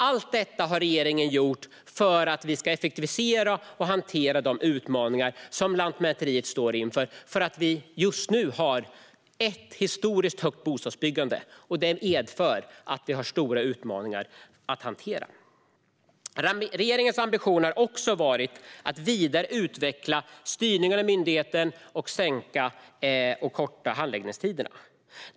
Allt detta har regeringen gjort för att vi ska effektivisera och hantera de utmaningar som Lantmäteriet står inför till följd av att vi just nu har ett historiskt högt bostadsbyggande. Regeringens ambition har också varit att vidare utveckla styrningen av myndigheten och korta handläggningstiderna.